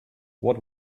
what